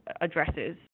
addresses